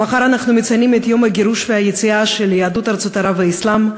מחר אנחנו מציינים את יום הגירוש והיציאה של יהדות ארצות ערב והאסלאם.